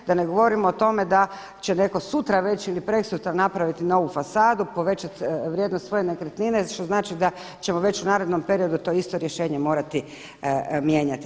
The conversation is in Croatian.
Da ne govorim o tome da će netko sutra reći, ili preksutra, napraviti novu fasadu, povećati vrijednost svoje nekretnine što znači da ćemo već u narednom periodu to isto rješenje morati mijenjati.